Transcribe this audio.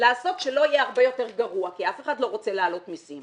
לעשות כך שלא יהיה הרבה יותר גרוע כי אף אחד לא רוצה להעלות מסים.